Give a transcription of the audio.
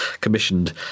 commissioned